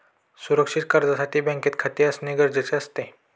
सुरक्षित कर्जासाठी बँकेत खाते असणे अत्यंत गरजेचे आहे